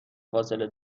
فاصله